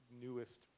newest